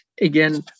again